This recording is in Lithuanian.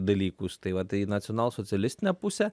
dalykus tai va tai į nacionalsocialistinę pusę